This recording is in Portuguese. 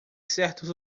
certos